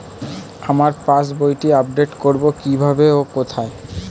আমার পাস বইটি আপ্ডেট কোরবো কীভাবে ও কোথায়?